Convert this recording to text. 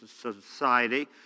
society